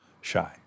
shy